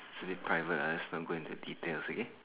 it's a bit private uh let's not go into details okay